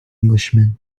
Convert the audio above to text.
englishman